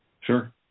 Sure